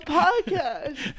podcast